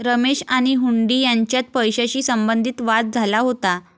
रमेश आणि हुंडी यांच्यात पैशाशी संबंधित वाद झाला होता